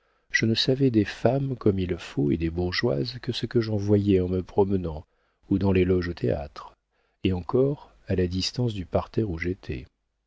je ne savais des femmes comme il faut et des bourgeoises que ce que j'en voyais en me promenant ou dans les loges au théâtre et encore à la distance du parterre où j'étais